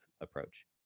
approach